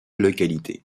localité